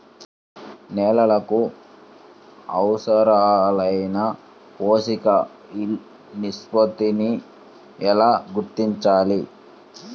నేలలకు అవసరాలైన పోషక నిష్పత్తిని ఎలా గుర్తించాలి?